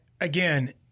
again